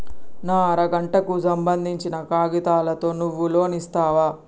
నా అర గంటకు సంబందించిన కాగితాలతో నువ్వు లోన్ ఇస్తవా?